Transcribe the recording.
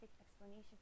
explanation